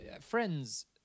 Friends